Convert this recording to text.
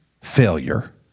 failure